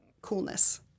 coolness